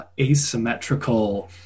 asymmetrical